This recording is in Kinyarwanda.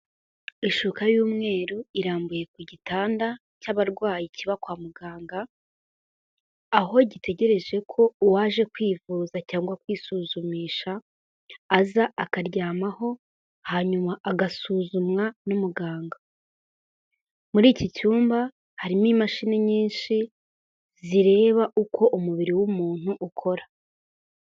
Ishuka y'umweru irambuye ku gitanda cy'abarwayi kiba kwa muganga, aho gitegereje ko uwaje kwivuza cyangwa kwisuzumisha, aza akaryamaho hanyuma agasuzumwa n'umuganga, muri iki cyumba harimo imashini nyinshi zireba uko umubiri w'umuntu ukora.